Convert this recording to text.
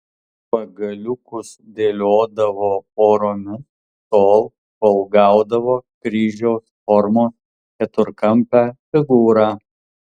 pagaliukus dėliodavo poromis tol kol gaudavo kryžiaus formos keturkampę figūrą